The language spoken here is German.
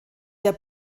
der